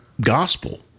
Gospel